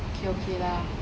okay okay lah